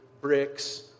bricks